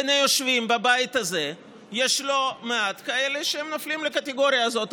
בין היושבים בבית הזה יש לא מעט כאלה שנופלים לקטגוריה הזאת.